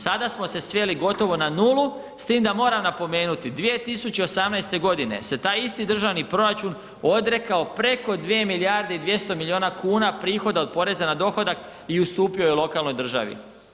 Sada smo se sveli gotovo na 0, s tim da moram napomenuti, 2018. g. se ta isti državni proračun odrekao preko 2 milijarde i 200 milijuna kuna prihoda od poreza na dohodak i ustupio joj lokalnoj državi.